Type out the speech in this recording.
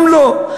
גם לא,